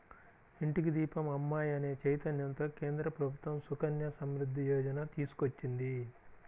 ఇంటికి దీపం అమ్మాయి అనే చైతన్యంతో కేంద్ర ప్రభుత్వం సుకన్య సమృద్ధి యోజన తీసుకొచ్చింది